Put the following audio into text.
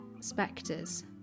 Spectres